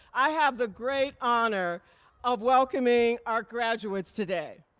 i have the great honor of welcoming our graduates today.